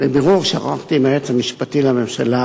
מבירור שערכתי עם היועץ המשפטי לממשלה,